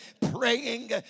praying